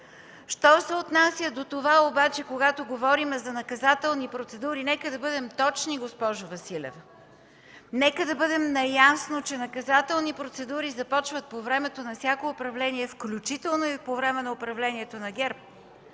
български граждани. Когато говорим обаче за наказателни процедури, нека да бъдем точни, госпожо Василева. Нека да бъдем наясно, че наказателни процедури започват по времето на всяко управление, включително и по време на управлението на ГЕРБ.